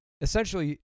essentially